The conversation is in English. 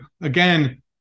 again